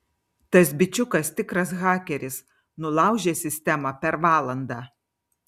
tas bičiukas tikras hakeris nulaužė sistemą per valandą